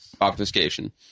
obfuscation